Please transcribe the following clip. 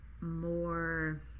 more